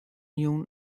jûn